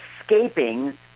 escaping